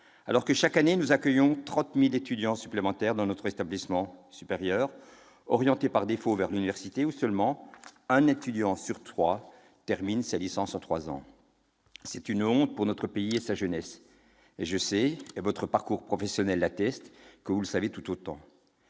alors que, chaque année, nous accueillons 30 000 étudiants supplémentaires dans notre enseignement supérieur, orientés par défaut vers l'université, où seulement un étudiant sur trois termine sa licence en trois ans, ce qui est une honte pour notre pays et sa jeunesse. Mais, du fait de votre parcours professionnel, vous le savez tout autant